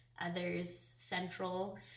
others-central